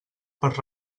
per